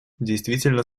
действительно